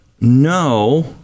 no